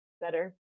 better